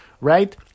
right